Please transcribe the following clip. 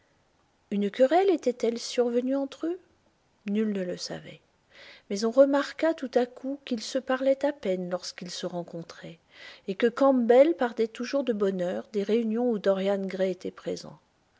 une querelle était-elle survenue entre eux nul ne le savait mais on remarqua tout à coup qu'ils se parlaient à peine lorsqu'ils se rencontraient et que campbell partait toujours de bonne heure des réunions où dorian gray était présent